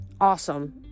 awesome